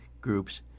groups